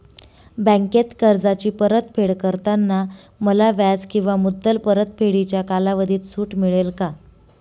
बँकेत कर्जाची परतफेड करताना मला व्याज किंवा मुद्दल परतफेडीच्या कालावधीत सूट मिळेल का?